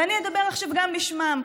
ואני אדבר עכשיו גם בשמם.